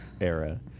era